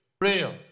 real